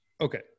Okay